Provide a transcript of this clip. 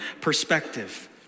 perspective